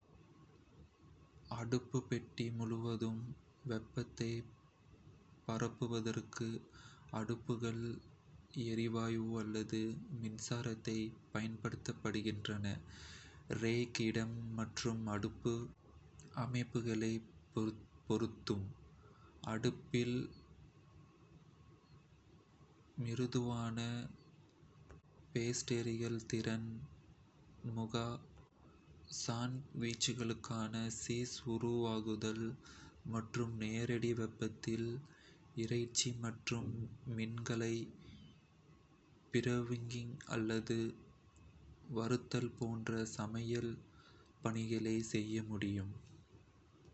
அடுப்பு பெட்டி முழுவதும் வெப்பத்தை பரப்புவதற்கு அடுப்புகள் எரிவாயு அல்லது மின்சாரத்தைப் பயன்படுத்துகின்றன. ரேக் இடம் மற்றும் அடுப்பு அமைப்புகளைப் பொறுத்து, அடுப்பில் மிருதுவான பேஸ்ட்ரிகள், திறந்த முக சாண்ட்விச்களுக்கான சீஸ் உருகுதல் மற்றும் நேரடி வெப்பத்தில் இறைச்சி மற்றும் மீன்களை பிரவுனிங் அல்லது வறுத்தல் போன்ற சமையல் பணிகளைச் செய்ய முடியும்.